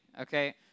okay